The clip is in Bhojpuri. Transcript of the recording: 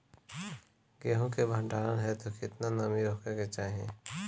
गेहूं के भंडारन हेतू कितना नमी होखे के चाहि?